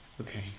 Okay